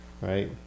Right